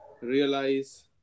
realize